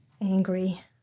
angry